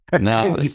Now